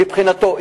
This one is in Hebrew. מבחינתו,